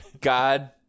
God